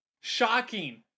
Shocking